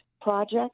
Project